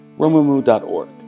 RomuMu.org